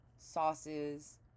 Sauces